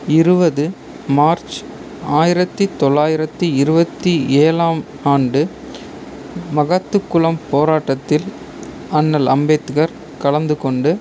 இருபது மார்ச் ஆயிரத்தி தொள்ளாயிரத்தி இருபத்தி ஏழாம் ஆண்டு மகத்துக்குளம் போராட்டத்தில் அண்ணல் அம்பேத்கர் கலந்து கொண்டு